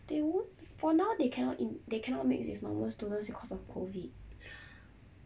they won't for now they cannot in they cannot mix with normal students because of COVID